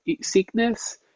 sickness